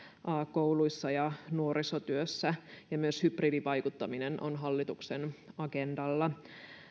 kouluissa ja nuorisotyössä ja että myös hybridivaikuttaminen on hallituksen agendalla